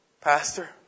Pastor